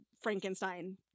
Frankenstein